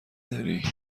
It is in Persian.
داری